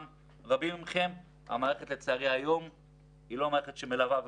התהליכים היום הם בלתי-נסבלים, מבחינת